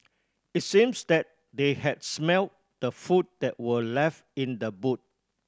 it seems that they had smelt the food that were left in the boot